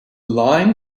line